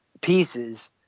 pieces